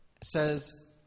says